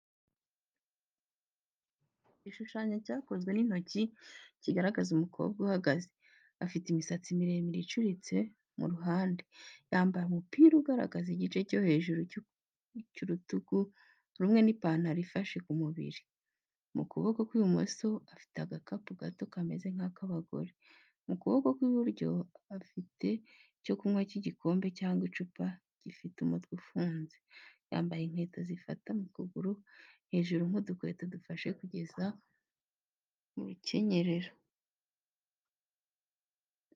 Igishushanyo cyakozwe n’intoki kigaragaza umukobwa uhagaze. Afite imisatsi miremire icuritse mu ruhande. Yambaye umupira ugaragaza igice cyo hejuru cy’urutugu rumwe n’ipantaro ifashe ku mubiri. Mu kuboko kw’ibumoso afite agakapu gato kameze nk’ak’abagore. Mu kuboko kw’iburyo afite icyo kunywa nk’igikombe cyangwa icupa gifite umutwe ufunze. Yambaye inkweto zifata mu kuguru hejuru nk’udukweto dufashe kugeza mu rukenyerero.